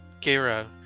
Gera